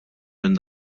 minn